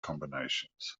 combinations